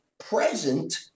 present